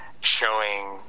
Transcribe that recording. showing